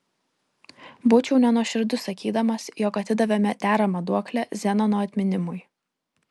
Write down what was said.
būčiau nenuoširdus sakydamas jog atidavėme deramą duoklę zenono atminimui